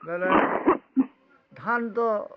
ବୋଇଲେ ଧାନ୍ ତ